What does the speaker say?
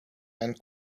and